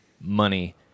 money